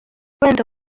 wenda